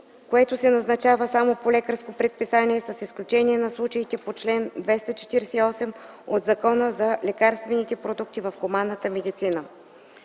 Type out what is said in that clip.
което се назначава само по лекарско предписание, с изключение на случаите по чл. 248 от Закона за лекарствените продукти в хуманната медицина.